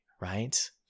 right